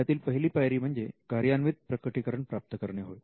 त्यातील पहिली पायरी म्हणजे कार्यान्वित प्रकटीकरण प्राप्त करणे होय